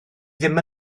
ddim